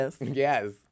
Yes